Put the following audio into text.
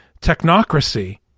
technocracy